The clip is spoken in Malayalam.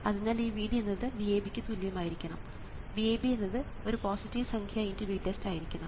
അതിനാൽ ഈ Vd എന്നത് VAB യ്ക്ക് തുല്യമായിരിക്കണം VAB എന്നത് ഒരു പോസിറ്റീവ് സംഖ്യ × VTEST ആയിരിക്കണം